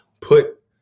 put